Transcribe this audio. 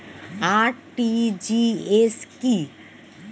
RTGS কি?